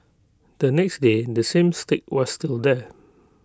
the next day the same stick was still there